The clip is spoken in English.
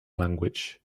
language